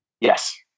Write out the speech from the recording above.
Yes